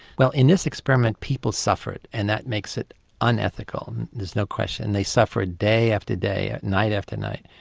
well in this experiment people suffered and that makes it unethical and there's no question, they suffered day after day, ah night after night.